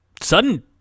sudden